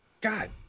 god